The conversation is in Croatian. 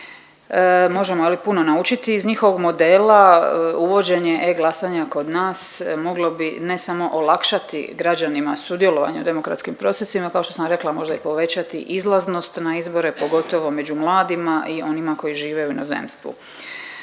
Možemo je li puno naučiti iz njihovog modela. Uvođenje e-glasanja kod moglo bi ne samo olakšati građanima sudjelovanje u demokratskim procesima, kao što sam rekla možda i povećati izlaznost na izbore pogotovo među mladima i onima koji žive u inozemstvu.